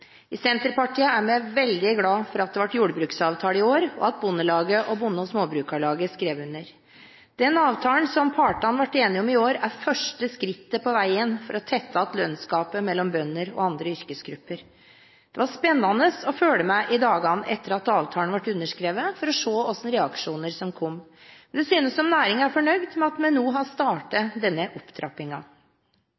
I Senterpartiet er vi veldig glad for at det ble jordbruksavtale i år, og at Norges Bondelag og Norsk Bonde- og Småbrukarlag skrev under. Den avtalen som partene ble enige om i vår, er første skrittet på veien for å tette igjen lønnsgapet mellom bønder og andre yrkesgrupper. Det var spennende å følge med i dagene etter at avtalen ble underskrevet, for å se hva slags reaksjoner som kom. Det synes som om næringen er fornøyd med at vi nå har startet